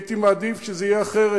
אני הייתי מעדיף שזה יהיה אחרת.